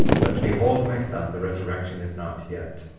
but behold, my son, the resurrection is not yet.